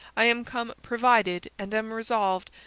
i am come provided and am resolved,